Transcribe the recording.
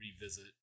revisit